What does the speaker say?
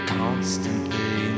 constantly